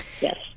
Yes